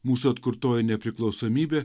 mūsų atkurtoji nepriklausomybė